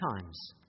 times